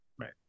right